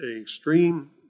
extreme